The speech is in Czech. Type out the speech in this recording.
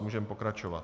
Můžeme pokračovat.